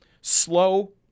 slow